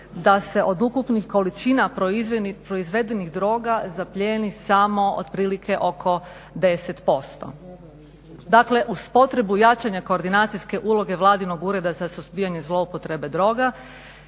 da se od ukupnih količina proizvedenih droga zaplijeni samo otprilike oko 10%. Dakle, uz potrebu jačanja koordinacijske uloge Vladinog Ureda za suzbijanje zloupotrebe droga